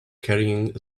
carrying